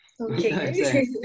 Okay